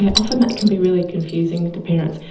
ah often that can be really confusing to parents.